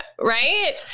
right